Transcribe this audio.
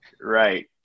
Right